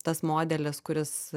tas modelis kuris